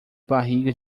barriga